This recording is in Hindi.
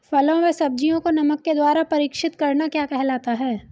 फलों व सब्जियों को नमक के द्वारा परीक्षित करना क्या कहलाता है?